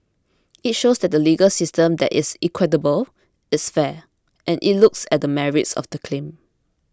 it shows that the legal system there is equitable it's fair and it looks at the merits of the claim